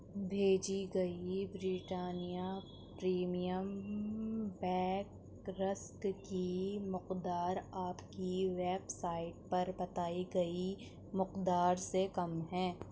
بھیجی گئی Britannia premium bake rusk کی مقدار آپ کی ویب سائٹ پر بتائی گئی مقدار سے کم ہے